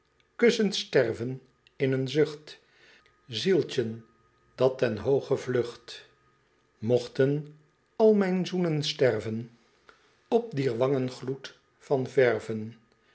kussend sterven in een zucht zieltjen dat ten hooge vlucht mochten al mijn zoenen sterven op dier wangen gloed van verven